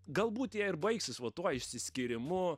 galbūt jie ir baigsis va tuo išsiskyrimu